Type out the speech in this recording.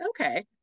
Okay